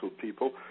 people